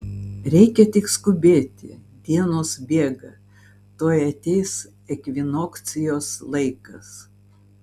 reikia tik skubėti dienos bėga tuoj ateis ekvinokcijos laikas